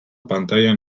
pantailan